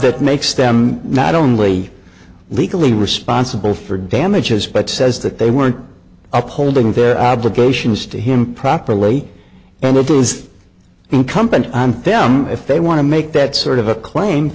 that makes them not only legally responsible for damages but says that they weren't upholding their obligations to him properly and who is incumbent on them if they want to make that sort of a claim